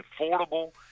affordable